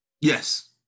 Yes